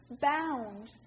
bound